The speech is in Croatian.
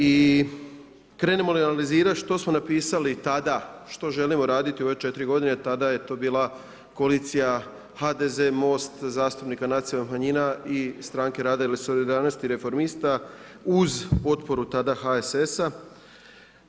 I krenemo li analizirati što smo napisali tada, što želimo raditi u ove 4 godine, tada je to bila koalicija HDZ, MOST, zastupnika Nacionalnih manjina i Stranke rada i solidarnosti, Reformista uz potporu tada HSS-a.